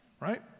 right